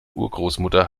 urgroßmutter